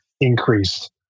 increased